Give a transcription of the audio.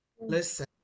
Listen